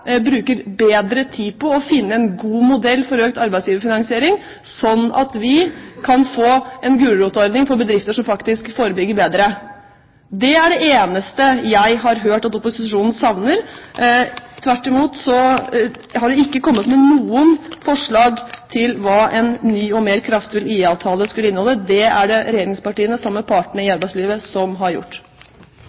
bruker bedre tid på å finne en god modell for økt arbeidsgiverfinansiering, slik at vi kan få en gulrotordning for bedrifter som faktisk forebygger bedre. Det er det eneste jeg har hørt at opposisjonen savner. De har ikke kommet med noen forslag til hva en ny og mer kraftfull IA-avtale skal inneholde. Det er det regjeringspartiene sammen med partene i arbeidslivet som har gjort.